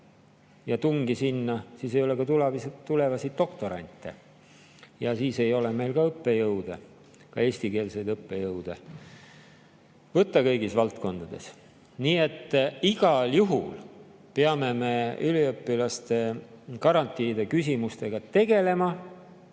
ja tungi sinna, siis ei ole ka tulevasi doktorante. Siis ei ole meil ka õppejõude, ka eestikeelseid õppejõude võtta kõigis valdkondades. Nii et igal juhul peame me üliõpilaste garantiide küsimustega tegelema